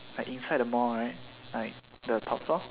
like inside the mall right like the top floor